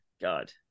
God